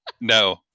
No